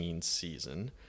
season